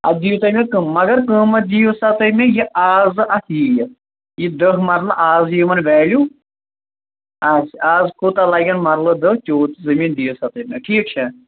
اتھ دِیو تُہی مےٚ قۭمتھ مگر قۭمتھ دِیو سا تُہۍ مےٚ یہِ آز اتھ یی یہِ دہ مرلہٕ از یمن ویلیو آسہِ آز کوٗتاہ لگن مَرلہٕ دہ تیوٗت زٔمیٖن دِیو سا تُہۍ مےٚ ٹھیٖک چھا